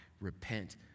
Repent